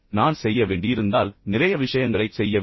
நான் செய்ய வேண்டியிருந்தால் நான் நிறைய விஷயங்களைச் செய்ய வேண்டும்